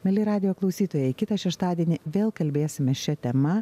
mieli radijo klausytojai kitą šeštadienį vėl kalbėsime šia tema